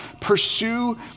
pursue